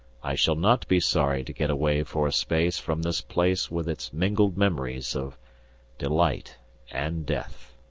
i shall not be sorry to get away for a space from this place with its mingled memories of delight and death.